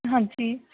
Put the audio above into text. ਹਾਂਜੀ